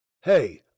Hey